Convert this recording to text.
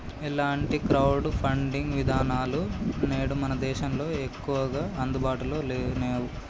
ఇలాంటి crowd funding విధానాలు నేడు మన దేశంలో ఎక్కువగా అందుబాటులో నేవు